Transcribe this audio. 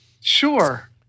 Sure